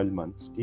months